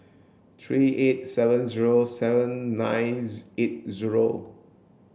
three eight seven zero seven nine eight zero